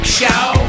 show